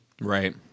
Right